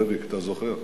זאביק, אתה זוכר?